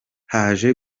haje